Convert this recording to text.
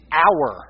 hour